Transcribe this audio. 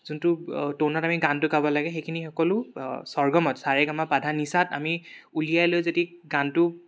যোনটো ট'নত আমি গানটো গাব লাগে সেইখিনি সকলো স্বৰ্গমত চা ৰে গা মা পা ধা নি ছা ত আমি উলিয়াই লৈ যদি গানটো